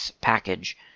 package